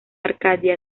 arcadia